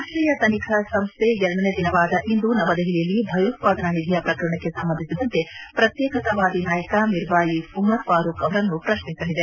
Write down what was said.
ರಾಷ್ಟೀಯ ತನಿಖಾ ಸಂಸ್ಥೆ ಎನ್ಐಎ ಎರಡನೇ ದಿನವಾದ ಇಂದು ನವದೆಹಲಿಯಲ್ಲಿ ಭಯೋತ್ವಾದನಾ ನಿಧಿಯ ಪ್ರಕರಣಕ್ಕೆ ಸಂಬಂಧಿಸಿದಂತೆ ಪ್ರಕ್ಶೇಕತಾವಾದಿ ನಾಯಕ ಮಿರ್ವಾಯಿಸ್ ಉಮರ್ ಫಾರೂಕ್ ಅಮರನ್ನು ಪ್ರಕ್ನಿಸಲಿದೆ